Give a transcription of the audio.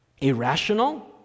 irrational